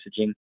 messaging